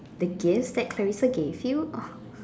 the gift that Clarissa gave you oh